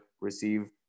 receive